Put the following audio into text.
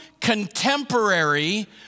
contemporary